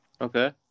okay